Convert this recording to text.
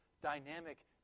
dynamic